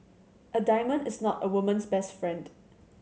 a diamond is not a woman's best friend